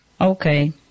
Okay